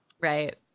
Right